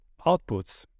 outputs